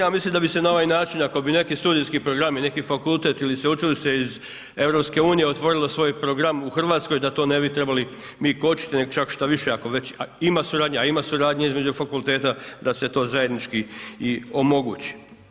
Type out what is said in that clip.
Ja mislim da bi se na ovaj način ako bi neki studijski programi ili neki fakultet ili sveučilište iz EU otvorilo svoj program u RH da to ne bi trebali mi kočiti, nego čak šta više ako već ima suradnje, a ima suradnje između fakulteta, da se to zajednički i omogući.